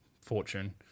fortune